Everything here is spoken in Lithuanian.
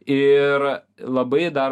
ir labai dar